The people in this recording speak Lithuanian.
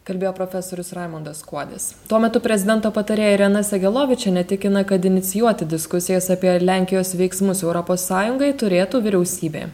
kalbėjo profesorius raimundas kuodis tuo metu prezidento patarėja irena segalovičienė tikina kad inicijuoti diskusijas apie lenkijos veiksmus europos sąjungai turėtų vyriausybė